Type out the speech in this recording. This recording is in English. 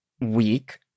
week